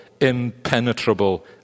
impenetrable